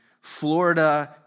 Florida